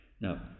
now